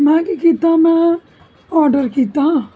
में के्ह कीता में आर्डर कीता